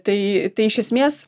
tai iš esmės